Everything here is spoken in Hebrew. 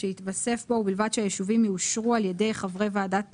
בתיקון לסעיף 1 להצעת החוק, במקום המילים 'ועד יום